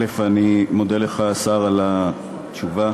אני מודה לך, השר, על התשובה,